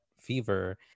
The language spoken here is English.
fever